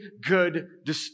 good